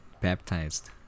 Baptized